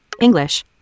English